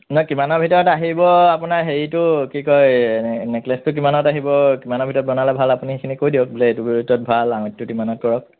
নাই কিমানৰ ভিতৰত আহিব আপোনাৰ হেৰিটো কি কয় নেকলেচটো কিমানত আহিব কিমানৰ ভিতৰত বনালে ভাল আপুনি সেইখিনি কৈ দিয়ক বোলে এইটো ৰেটত ভাল আঙুঠিটো ইমানত কৰক